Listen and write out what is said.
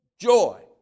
Joy